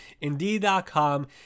Indeed.com